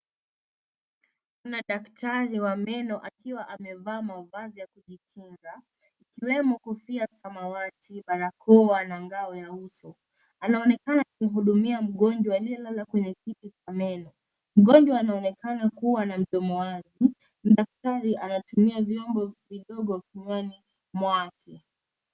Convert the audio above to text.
Tunaona daktari wa meno akiwa amevaa mavazi ya kujikinga, ikiwemo kofia ya samawati, barakoa na ngao ya uso. Anaonekana akimhudumia mgonjwa aliyelala kwenye kiti cha meno. Mgonjwa anaonekana kuwa na mdomo wazi, na daktari anatumia vyombo vidogo kinywani mwake.